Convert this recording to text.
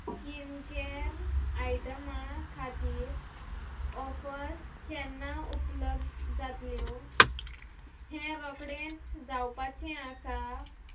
skincare आयटमा खातीर offers केन्ना उपलब्ध जातल्यो हें रोकडेंच जावपाचें आसा